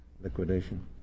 liquidation